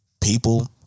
people